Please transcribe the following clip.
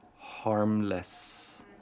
harmless